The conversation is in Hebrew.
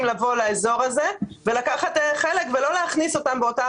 לבוא לאזור הזה ולקחת חלק ולא להכניס אותם באותה